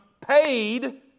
paid